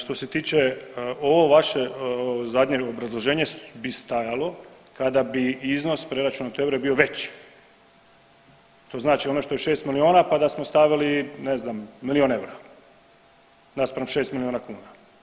Što se tiče, ovo vaše zadnje obrazloženje bi stajalo kada bi iznos preračunat u eure bio veći, to znači ono što je 6 milijuna, pa da smo stavili ne znam milijun eura naspram šest milijuna kuna.